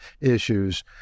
issues